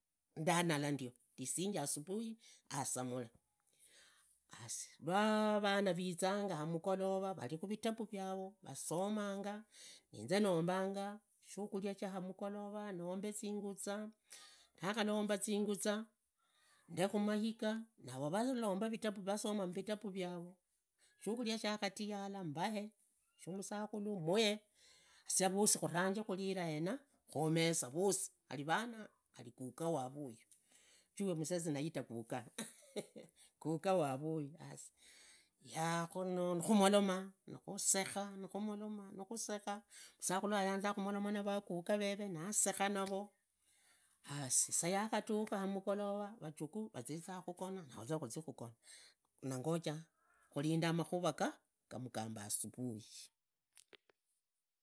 Ndanala ndio ndisinge asubuhi khusamule, has lwavana vizanga amukholova vari maritabu viavo vusamanga, inze nombanga shakhuri sha amugolova, nombe zinguza. ndakhalomba zinguza ndekhumaiga, navo valomba, shukhuria shamusarikhu muhe shushe vosi khavunje khurira homesa khari vana khari gaga wavo uyu, khumoloma khusekha, nukhumoloma nikhusekha, musashule ayanza khumuloma navaga veve nasekha naro, has isaa yakhukha amugolova, vazizaa kugona, vazigugona, nikhurinda makhuva gamugamba asubuhi.